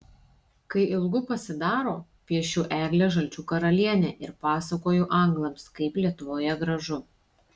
kai ilgu pasidaro piešiu eglę žalčių karalienę ir pasakoju anglams kaip lietuvoje gražu